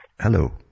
Hello